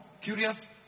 curious